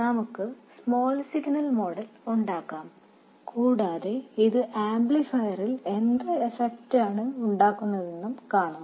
നമുക്ക് small signal model ഉണ്ടാക്കാം കൂടാതെ ഇത് ആംപ്ലിഫയറിൽ എന്ത് ഫലമാണ് ഉണ്ടാക്കുന്നതെന്ന് കാണാം